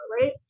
right